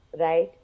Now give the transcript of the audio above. right